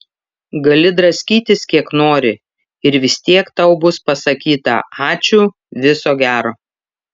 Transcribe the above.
gali draskytis kiek nori ir vis tiek tau bus pasakyta ačiū viso gero